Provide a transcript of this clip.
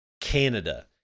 Canada